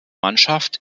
mannschaft